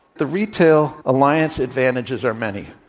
the retail alliance advantages are many.